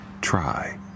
try